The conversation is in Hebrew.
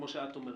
כפי שאת אומרת,